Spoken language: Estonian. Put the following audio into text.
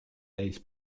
täis